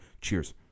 Cheers